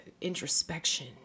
introspection